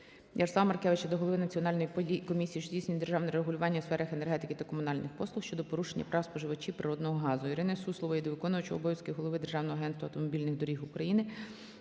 Ярослава Маркевича до голови Національної комісії, що здійснює державне регулювання у сферах енергетики та комунальних послуг щодо порушення прав споживачів природного газу. Ірини Суслової до виконуючого обов'язків голови Державного агентства автомобільних доріг України,